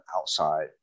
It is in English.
outside